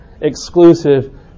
exclusive